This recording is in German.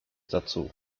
dazu